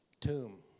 tomb